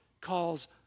calls